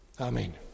Amen